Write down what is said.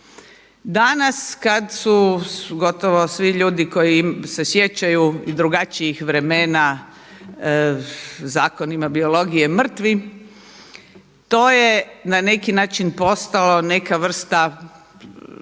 Danas kada su gotovo svi ljudi koji se sjećaju i drugačijih vremena zakonima biologije mrtvi to je na neki način postalo neka vrsta